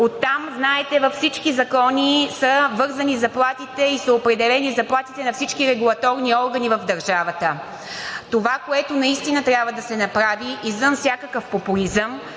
Оттам, знаете, във всички закони са вързани и са определени заплатите на всички регулаторни органи в държавата. Това, което наистина трябва да се направи извън всякакъв популизъм,